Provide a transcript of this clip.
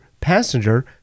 passenger